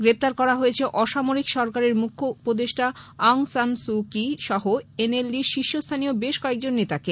গ্রেপ্তার করা হয়েছে অসামরিক সরকারের মুখ্য উপদেষ্টা আং সান সুকি সহ এনএলডি র শীর্ষ স্থানীয় বেশ কেয়কজন নেতাকে